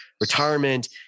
retirement